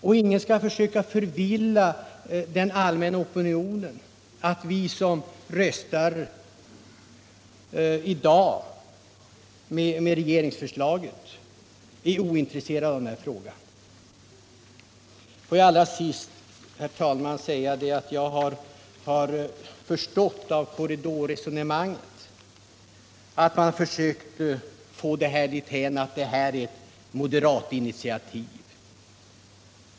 Men ingen skall försöka förvilla den allmänna opinionen genom att påstå att vi som i dag röstar med regeringsföreslaget är ointresserade av denna fråga. Låt mig allra sist, herr talman, säga att jag av korridorresonemanget förstått att man försökt framställa propositionens förslag som ett moderatinitiativ.